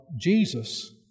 Jesus